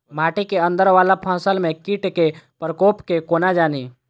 माटि केँ अंदर वला फसल मे कीट केँ प्रकोप केँ कोना जानि?